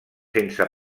sense